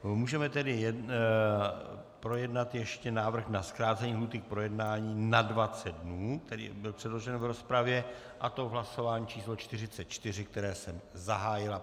Můžeme tedy projednat ještě návrh na zkrácení lhůty k projednání na 20 dnů, který byl předložen v rozpravě, a to v hlasování číslo 44, které jsem zahájil.